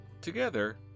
Together